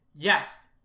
Yes